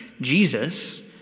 Jesus